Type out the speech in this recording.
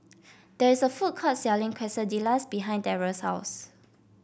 there is a food court selling Quesadillas behind Darrell's house